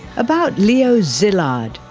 about leo szilard,